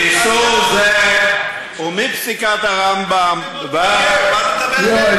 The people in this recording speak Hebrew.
איסור זה הוא מפסיקת הרמב"ם ועד, יואל,